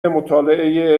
مطالعه